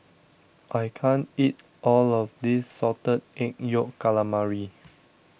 I can't eat all of this Salted Egg Yolk Calamari